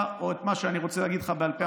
או את מה שאני רוצה להגיד לך בעל פה.